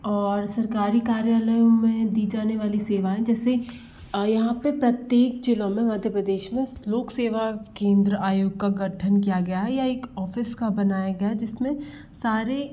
और सरकारी कार्यालयों में दी जाने वाली सेवाएं जैसे यहाँ पर प्रत्येक जिलों में मध्य प्रदेश में लोक सेवा केंद्र आयोग का गठन किया गया या एक ऑफिस का बनाया गया जिसमें सारे